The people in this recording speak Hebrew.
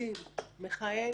המכרזים מכהן